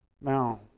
Now